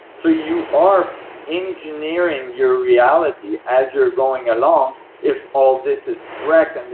so you are engineering your reality as you're going along if all this is correct, and